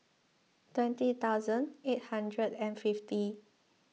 twenty thousand eight hundred and fifty